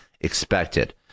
expected